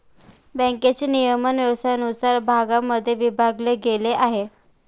बँकेचे नियमन व्यवसायानुसार भागांमध्ये विभागले गेले आहे